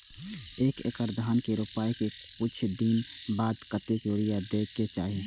एक एकड़ धान के रोपाई के कुछ दिन बाद कतेक यूरिया दे के चाही?